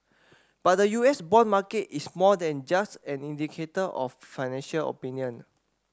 but the U S bond market is more than just an indicator of financial opinion